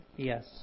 Yes